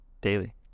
daily